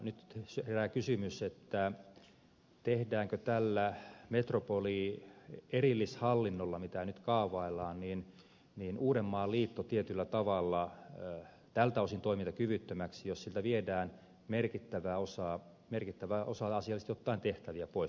nyt herää kysymys tehdäänkö tällä metropolierillishallinnolla mitä nyt kaavaillaan uudenmaan liitto tietyllä tavalla tältä osin toimintakyvyttömäksi jos siltä viedään asiallisesti ottaen merkittävä osa tehtäviä pois